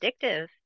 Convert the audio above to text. addictive